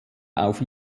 auf